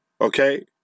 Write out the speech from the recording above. okay